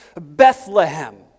Bethlehem